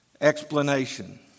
explanation